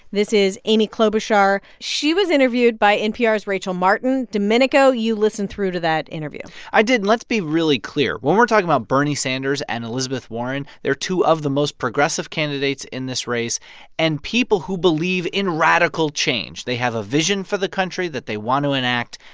this is amy klobuchar. she was interviewed by npr's rachel martin. domenico, you listened through to that interview i did. let's be really clear. when we're talking about bernie sanders and elizabeth warren, they're two of the most progressive candidates in this race and people who believe in radical change. they have a vision for the country that they want to enact.